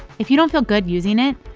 if you don't feel good using it,